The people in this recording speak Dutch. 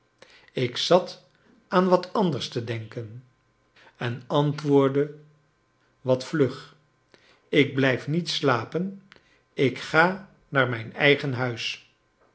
ik zat aan vvat anders te denken en antwoorclde wat vlug ik blijf niet slapen ik ga naar mijn eigen huis